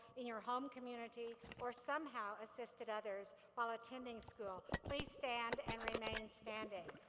in your home community, or somehow assisted others while attending school, please stand and remain standing.